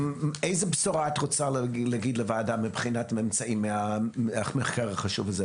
איזו בשורה את רוצה להגיד לוועדה מבחינת הממצאים של המחקר החשוב הזה?